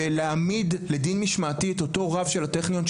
ולהעמיד לדין משמעתי את הרב של הטכניון.